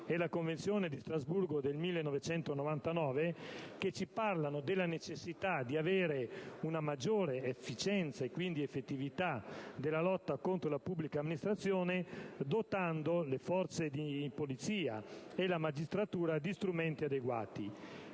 e la Convenzione di Strasburgo del 1999 - che ci parlano della necessità di una maggiore efficienza ed effettività nella lotta contro la pubblica amministrazione, dotando le forze di polizia e la magistratura di strumenti adeguati.